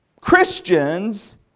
Christians